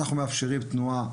אנחנו כן מאפשרים תנועה